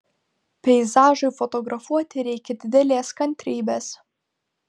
peizažui fotografuoti reikia didelės kantrybės